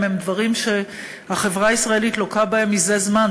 הם דברים שהחברה הישראלית לוקה בהם זה זמן,